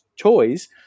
toys